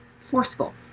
forceful